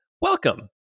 welcome